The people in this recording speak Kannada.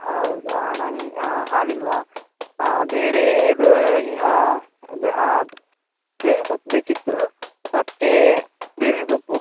ಹಾಂ ಹೌದ ನಂಗೆ ಹಾಲು ಇಲ್ಲವ ಹಾಂ ಬೇರೆ ಇದು ಬೇವಿನ ಸೊಪ್ಪು ಬೇಕಿತ್ತು ಮತ್ತೆ ಬೇವಿನ ಸೊಪ್ಪು